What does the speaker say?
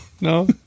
No